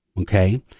Okay